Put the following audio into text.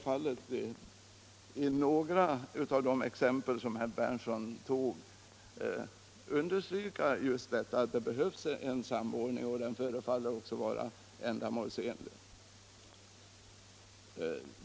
För några av de fall som herr Berndtson nämnde kan jag understryka att det behövs en samordning och att den också förefaller vara ändamålsenlig.